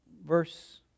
Verse